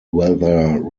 weather